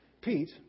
Pete